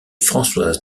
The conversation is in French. françoise